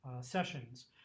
sessions